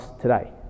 today